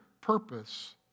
purpose